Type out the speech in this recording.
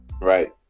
Right